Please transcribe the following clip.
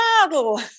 model